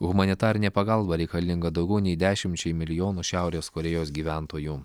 humanitarinė pagalba reikalinga daugiau nei dešimčiai milijonų šiaurės korėjos gyventojų